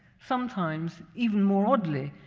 sometimes, even more oddly,